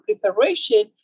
preparation